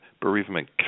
bereavement